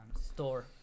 store